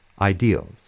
ideals